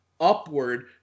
upward